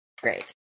great